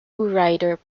ryder